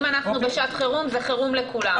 אם אנחנו בשעת חירום זה חירום לכולם,